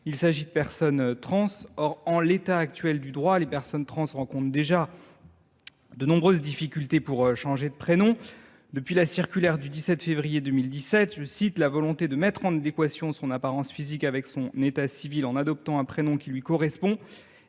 il s’agit de personnes trans. Or, en l’état actuel du droit, ces personnes rencontrent déjà de nombreuses difficultés pour changer de prénom. Depuis la circulaire du 17 février 2017, la volonté de mettre en adéquation son apparence physique avec son état civil en adoptant un prénom qui lui correspond